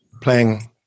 playing